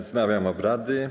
Wznawiam obrady.